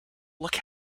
look